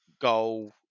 goal